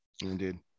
Indeed